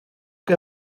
què